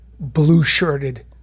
blue-shirted